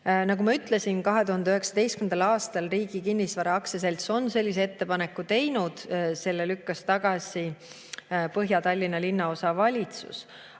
Nagu ma ütlesin, 2019. aastal Riigi Kinnisvara Aktsiaselts sellise ettepaneku tegi, selle lükkas tagasi Põhja-Tallinna Linnaosavalitsus.